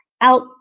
out